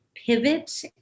pivot